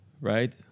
right